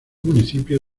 municipio